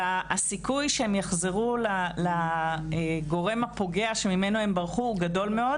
והסיכוי שהן יחזרו לגורם הפוגע שממנו הם ברחו הוא גדול מאוד.